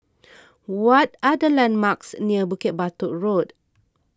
what are the landmarks near Bukit Batok Road